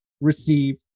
received